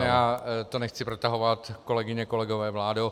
Já to nechci protahovat, kolegyně, kolegové, vládo.